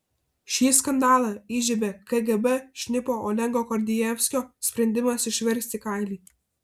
šį skandalą įžiebė kgb šnipo olego gordijevskio sprendimas išversti kailį